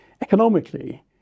Economically